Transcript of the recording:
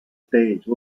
stage